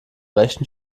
rechten